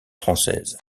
française